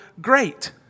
great